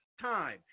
time